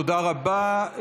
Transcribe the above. תודה רבה.